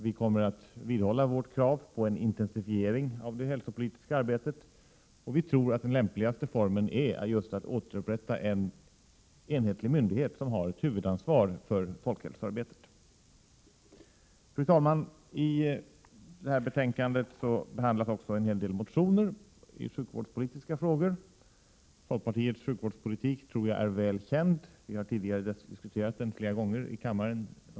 Vi kommer att vidhålla vårt krav på en intensifiering av det hälsopolitiska arbetet, och vi tror att den lämpligaste formen är att återupprätta en enhetlig myndighet, som har ett huvudansvar för folkhälsoarbetet. Fru talman! I detta betänkande behandlas också en hel del motioner i sjukvårdspolitiska frågor. Jag tror att folkpartiets sjukvårdspolitik är väl känd; vi har tidigare under våren diskuterat den flera gånger i kammaren.